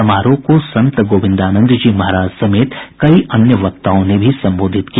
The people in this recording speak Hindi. समारोह को संत गोविंदानंद जी महाराज समेत कई अन्य वक्ताओं ने भी संबोधित किया